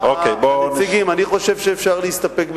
אני חושב שאפשר להסתפק בדברי.